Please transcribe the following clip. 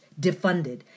defunded